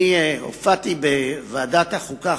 אני הופעתי בוועדת החוקה,